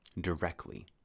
directly